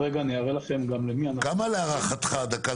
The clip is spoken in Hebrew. מה ההערכות שלכם